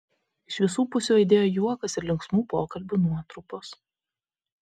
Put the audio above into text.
iš visu pusių aidėjo juokas ir linksmų pokalbių nuotrupos